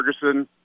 Ferguson